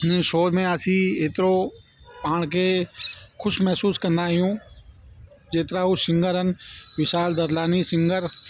show में असीं एतिरो पाण खे ख़ुशि महिसूस कंदा आहियूं जेतिरा हू सिगरनि विशाल ददलानी सिंगर